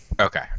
okay